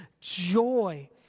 joy